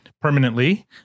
permanently